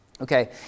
Okay